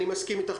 אני מסכים איתך.